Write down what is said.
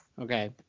Okay